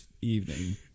evening